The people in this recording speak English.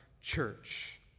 church